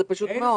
זה פשוט מאוד.